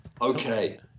Okay